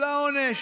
קיבלה עונש.